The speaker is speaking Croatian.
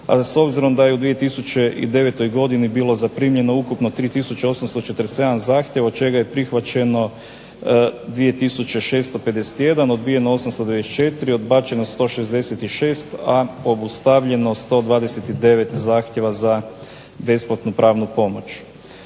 a s obzirom da je u 2009. godini bilo zaprimljeno ukupno 3 tisuće 847 zahtjeva od čega je prihvaćeno 2 tisuće 651, odbijeno 894, odbačeno 166, a obustavljeno 129 zahtjeva za besplatnu pravnu pomoć.